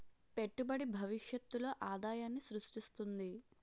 పెట్టుబడి భవిష్యత్తులో ఆదాయాన్ని స్రృష్టిస్తుంది